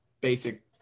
basic